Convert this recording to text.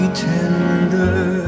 tender